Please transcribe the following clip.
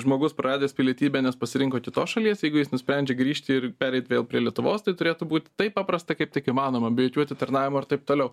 žmogus praradęs pilietybę nes pasirinko kitos šalies jeigu jis nusprendžia grįžti ir pereit vėl prie lietuvos tai turėtų būt taip paprasta kaip tik įmanoma be jokių atitarnavimų ar taip toliau